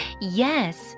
Yes